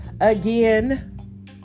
Again